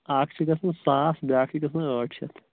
اَکھ چھِ گژھان ساس بیٛاکھ چھِ گژھان ٲٹھ شیٚتھ